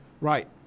Right